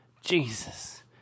Jesus